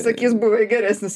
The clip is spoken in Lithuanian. sakys buvę geresnis